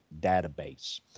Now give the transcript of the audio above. database